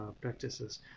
practices